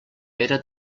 era